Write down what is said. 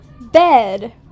bed